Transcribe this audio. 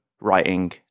writing